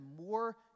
more